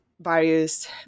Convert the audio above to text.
various